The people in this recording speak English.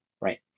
right